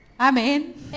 Amen